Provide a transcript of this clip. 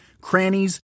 crannies